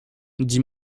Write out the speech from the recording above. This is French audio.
dit